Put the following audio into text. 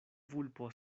vulpo